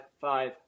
five